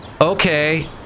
Okay